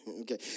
Okay